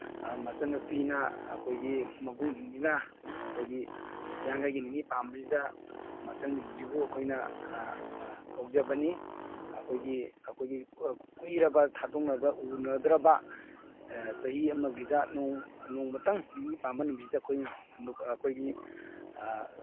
ꯃꯆꯟꯅꯨꯄꯤꯅ ꯑꯩꯈꯣꯏꯒꯤ ꯃꯕꯨꯡꯁꯤꯡꯁꯤꯅ ꯑꯩꯈꯣꯏꯒꯤ ꯍꯤꯌꯥꯡꯒꯩꯒꯤ ꯅꯤꯅꯤ ꯄꯥꯟꯕꯁꯤꯗ ꯃꯆꯟꯁꯤꯡꯁꯤꯕꯨ ꯑꯩꯈꯣꯏꯅ ꯀꯧꯖꯕꯅꯤ ꯑꯩꯈꯣꯏꯒꯤ ꯑꯩꯈꯣꯏꯒꯤ ꯀꯨꯏꯔꯕ ꯊꯥꯗꯣꯛꯅꯕ ꯎꯅꯗ꯭ꯔꯕ ꯆꯍꯤ ꯑꯃꯒꯤꯗ ꯅꯣꯡꯃꯇꯪ ꯅꯤꯅꯤ ꯄꯥꯟꯕ ꯅꯨꯃꯤꯠꯁꯤꯗ ꯑꯩꯈꯣꯏꯅ ꯑꯩꯈꯣꯏꯒꯤ